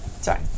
Sorry